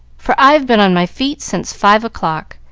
for i've been on my feet since five o'clock.